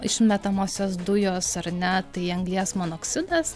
išmetamosios dujos ar ne tai anglies monoksidas